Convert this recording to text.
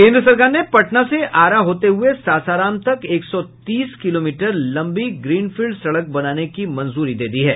केंद्र सरकार ने पटना से आरा होते हुये सासाराम तक एक सौ तीस किलोमीटर लंबी ग्रीनफील्ड सड़क बनाने की मंजूरी दे दी है